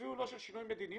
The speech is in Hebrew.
אפילו לא של שינוי מדיניות.